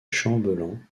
chambellan